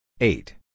eight